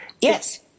Yes